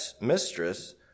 mistress